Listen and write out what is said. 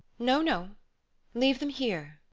no, no leave them here.